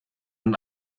und